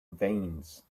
veins